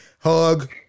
Hug